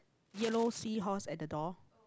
yellow seahorse at the door